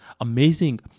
amazing